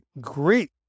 great